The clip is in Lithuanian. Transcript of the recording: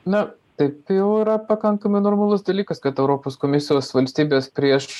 na taip jau yra pakankamai normalus dalykas kad europos komisijos valstybės prieš